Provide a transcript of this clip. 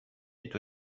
est